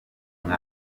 nka